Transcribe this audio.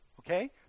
Okay